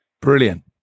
Brilliant